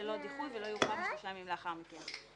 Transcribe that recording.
ללא דיחוי ולא יאוחר משלושה ימים לאחר מכן.